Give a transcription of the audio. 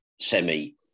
semi